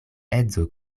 edzo